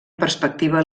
perspectiva